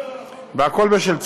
והכול בשל צבע,